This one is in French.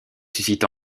suscite